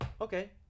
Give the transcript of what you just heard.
Okay